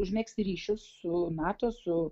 užmegzti ryšius su nato su